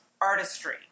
artistry